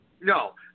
No